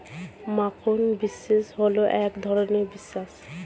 মাখন বিন্স হল এক ধরনের বিন্স